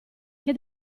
che